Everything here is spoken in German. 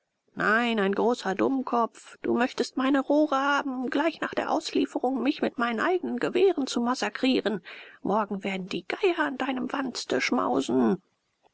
nein ein großer dummkopf du möchtest meine rohre haben um gleich nach der auslieferung mich mit meinen eignen gewehren zu massakrieren morgen werden die geier an deinem wanste schmausen